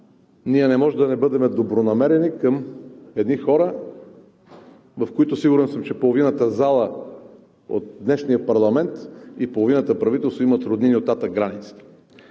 Ние не можем да не бъдем добронамерени към едни хора, в които, сигурен съм, половината зала от днешния парламент и половината правителство, имат роднини оттатък границата.